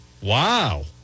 Wow